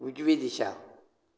उजवी दिशा